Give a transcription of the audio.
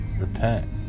repent